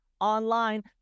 online